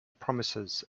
promises